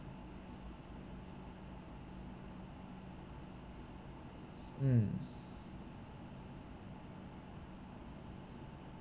mm